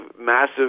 massive